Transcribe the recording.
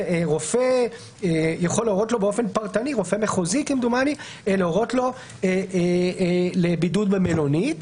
רופא מחוזי יכול להורות לו באופן פרטני בידוד במלונית,